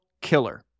killer